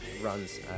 runs